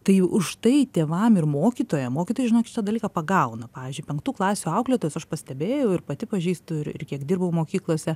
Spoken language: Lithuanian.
tai už tai tėvam ir mokytojam mokytojai žinokit šitą dalyką pagauna pavyzdžiui penktų klasių auklėtojos aš pastebėjau ir pati pažįstu ir ir kiek dirbau mokyklose